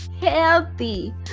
healthy